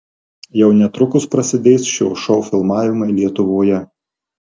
jau netrukus prasidės šio šou filmavimai lietuvoje